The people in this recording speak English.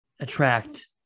attract